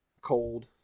cold